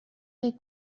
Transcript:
فکر